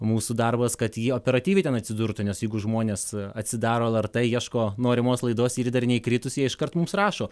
mūsų darbas kad ji operatyviai ten atsidurtų nes jeigu žmonės atsidaro lrt ieško norimos laidos ir ji dar neįkritusi jie iškart mums rašo